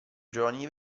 giovanni